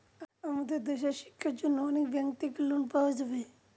আমাদের দেশের শিক্ষার জন্য অনেক ব্যাঙ্ক থাকে লোন পাওয়া যাবে